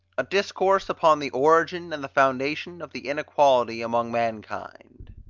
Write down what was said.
a discourse upon the origin and the foundation of the inequality among mankind